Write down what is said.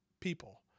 people